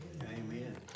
Amen